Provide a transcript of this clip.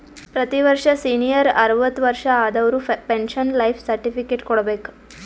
ಪ್ರತಿ ವರ್ಷ ಸೀನಿಯರ್ ಅರ್ವತ್ ವರ್ಷಾ ಆದವರು ಪೆನ್ಶನ್ ಲೈಫ್ ಸರ್ಟಿಫಿಕೇಟ್ ಕೊಡ್ಬೇಕ